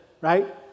right